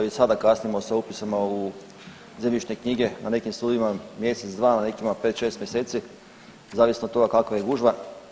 I sada kasnimo sa upisima u zemljišne knjige, na nekim sudovima mjesec, dva, na nekima pet, šest mjeseci zavisno od toga kakva je gužva.